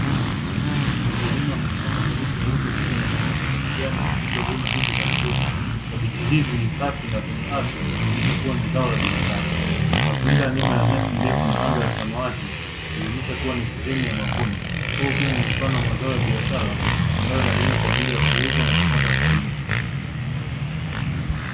Mkulima amesimama kalibu na rundo la kabichi za kijani zilizovunwa hivi karibuni. Kabichi hizi ni safi na zenye afya zikionyesha kuwa ni zao la biashara, mazingira ya nyuma ya nyasi ndefu na anga la samawati likionyesha kuwa ni sehemu ya mavuno huu ukiwa ni mfano wa mazao ya biashara ambayo yanalimwa kwa ajili ya kuuzwa nakupata faida.